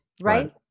Right